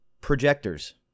projectors